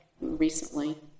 recently